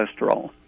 cholesterol